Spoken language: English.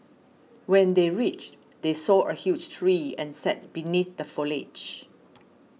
when they reached they saw a huge tree and sat beneath the foliage